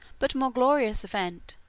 but more glorious event,